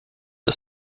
ist